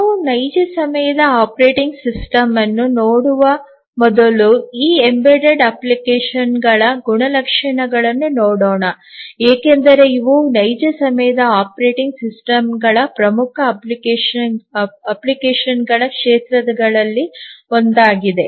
ನಾವು ನೈಜ ಸಮಯದ ಆಪರೇಟಿಂಗ್ ಸಿಸ್ಟಮ್ ಅನ್ನು ನೋಡುವ ಮೊದಲು ಈ ಎಂಬೆಡೆಡ್ ಅಪ್ಲಿಕೇಶನ್ಗಳ ಗುಣಲಕ್ಷಣಗಳನ್ನು ನೋಡೋಣ ಏಕೆಂದರೆ ಇವು ನೈಜ ಸಮಯದ ಆಪರೇಟಿಂಗ್ ಸಿಸ್ಟಮ್ಗಳ ಪ್ರಮುಖ ಅಪ್ಲಿಕೇಶನ್ಗಳ ಕ್ಷೇತ್ರಗಳಲ್ಲಿ ಒಂದಾಗಿದೆ